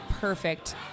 perfect